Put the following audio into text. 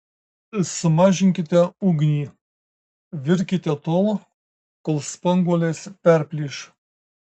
sumažinkite ugnį virkite tol kol spanguolės perplyš